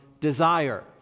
desire